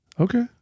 Okay